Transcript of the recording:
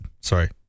Sorry